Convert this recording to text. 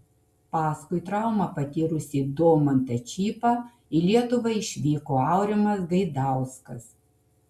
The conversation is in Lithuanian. paskui traumą patyrusį domantą čypą į lietuvą išvyko aurimas gaidauskas